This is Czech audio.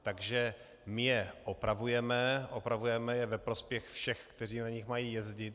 Takže my je opravujeme, opravujeme je ve prospěch všech, kteří na nich mají jezdit.